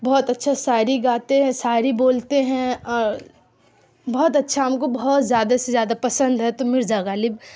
بہت اچھا شاعری گاتے ہیں ساعری بولتے ہیں اور بہت اچھا ہم کو بہت زیادہ سے زیادہ پسند ہے تو مرزا غالب